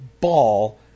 ball